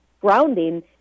grounding